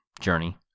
journey